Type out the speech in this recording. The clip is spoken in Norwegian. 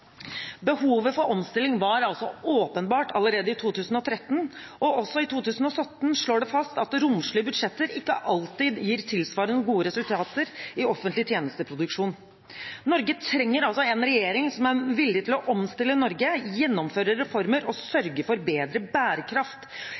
Behovet for omstilling var altså åpenbart allerede i 2013, og også i 2017 slås det fast at romslige budsjetter ikke alltid gir tilsvarende gode resultater i offentlig tjenesteproduksjon. Norge trenger altså en regjering som er villig til å omstille Norge, gjennomføre reformer og